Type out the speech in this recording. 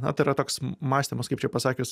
na tai yra toks mąstymas kaip čia pasakius